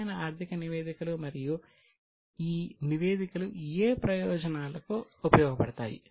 ముఖ్యమైన ఆర్థిక నివేదికలు మరియు ఈ నివేదికలు ఏ ప్రయోజనాలకు ఉపయోగపడతాయి